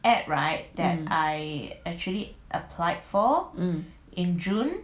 (uh huh)